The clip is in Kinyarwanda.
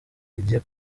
igiye